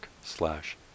slash